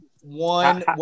one –